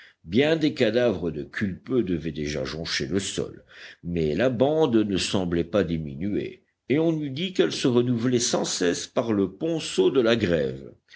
bien des cadavres de culpeux devaient déjà joncher le sol mais la bande ne semblait pas diminuer et on eût dit qu'elle se renouvelait sans cesse par le ponceau de la grève